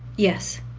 yes.